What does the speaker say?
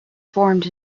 formed